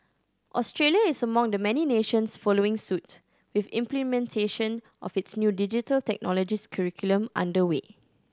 Australia is among the many nations following suit with implementation of its new Digital Technologies curriculum under way